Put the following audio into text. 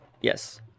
Yes